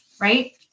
Right